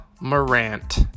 Morant